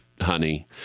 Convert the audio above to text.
honey